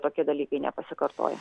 tokie dalykai nepasikartoja